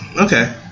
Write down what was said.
Okay